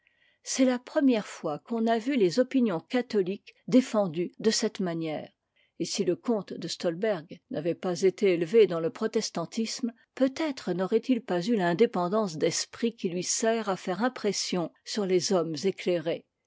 c'est la première fois qu'on a vu les opinions catholiques défendues de cette manière et si le comte de stolberg n'avait pas été élevé dans le protestantisme peut-être n'aurait-il pas eu l'indépendance d'esprit qui lui sert à faire impression sur les hommes éclairés